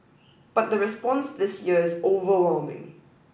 but the response this year is overwhelming